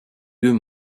deux